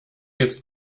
jetzt